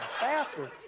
bathroom